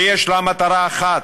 ויש לה מטרה אחת,